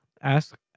ask